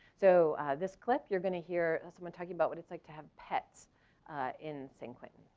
so this clip, you're gonna hear someone talking about what it's like to have pets in san quentin.